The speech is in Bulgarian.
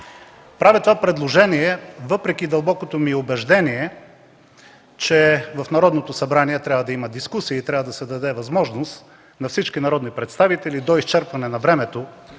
правя това предложение, въпреки дълбокото ми убеждение, че в Народното събрание трябва да има дискусии и трябва да се даде възможност на всички народни представители, до изчерпване на времето,